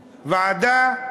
ועדה,